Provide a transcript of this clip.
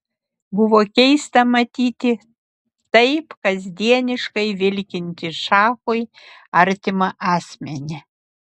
buvo keista matyti taip kasdieniškai vilkintį šachui artimą asmenį